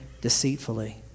deceitfully